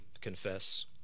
confess